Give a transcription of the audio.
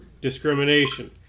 Discrimination